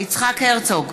יצחק הרצוג,